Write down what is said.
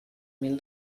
mil